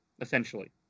essentially